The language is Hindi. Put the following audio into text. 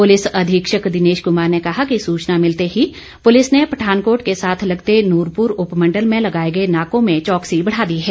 पुलिस अधीक्षक दिनेश कुमार ने कहा कि सूचना मिलते ही पुलिस ने पठानकोट के साथ लगते नूरपुर उपमंडल में लगाए गए नाकों में चौकसी बढ़ा दी गई है